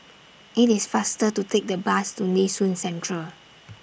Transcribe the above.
IT IS faster to Take The Bus to Nee Soon Central